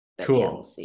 Cool